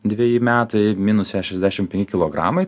dveji metai minus šešiasdešim penki kilogramai